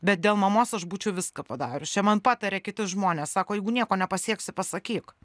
bet dėl mamos aš būčiau viską padarius čia man patarė kiti žmonės sako jeigu nieko nepasieksi pasakyk